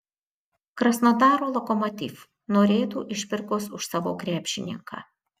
krasnodaro lokomotiv norėtų išpirkos už savo krepšininką